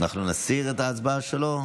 נסיר את ההצבעה שלו?